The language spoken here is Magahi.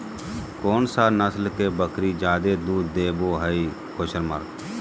कौन सा नस्ल के बकरी जादे दूध देबो हइ?